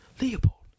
Leopold